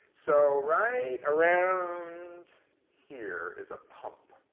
so right around here is a pump